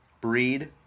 breed